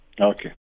Okay